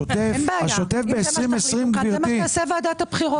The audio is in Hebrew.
אם זה מה שתחליטו כאן, זה מה שתעשה ועדת הבחירות.